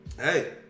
Hey